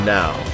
now